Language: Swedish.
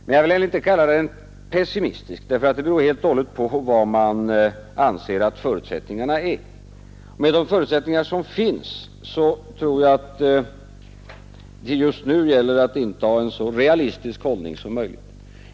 Men jag vill heller inte kalla den pessimistisk därför att det beror helt och hållet på vad man anser att förutsättningarna är. Med de förutsättningar som finns tror jag att det just nu gäller att inta en så realistisk hållning som möjligt.